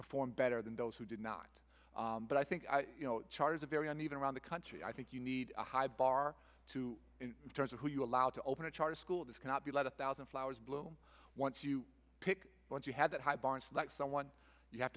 perform better than those who did not but i think you know charters are very uneven around the country i think you need a high bar to in terms of who you are allowed to open a charter school this cannot be let a thousand flowers bloom once you pick once you have that high bond that someone you have